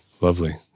lovely